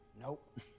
nope